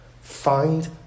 find